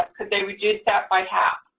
could they reduce that by half.